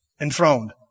enthroned